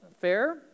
Fair